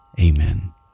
Amen